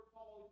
Paul